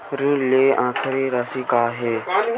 ऋण लेके आखिरी राशि का हे?